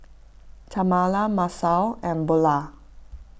Tamala Masao and Bulah